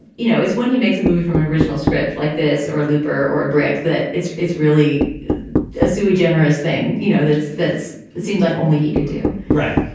you know, it's when he makes a movie from an original script like this or a looper or a brick, that it's it's really a sui generous thing. you know, that's that's seems like only he could do right.